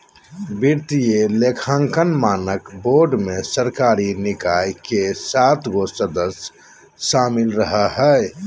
वित्तीय लेखांकन मानक बोर्ड मे सरकारी निकाय के सात गो सदस्य शामिल रहो हय